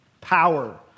power